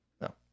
No